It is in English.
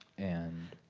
and.